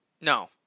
no